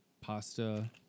pasta